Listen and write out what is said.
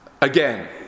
again